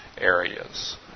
areas